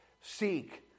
seek